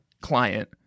client